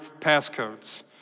passcodes